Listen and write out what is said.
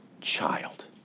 child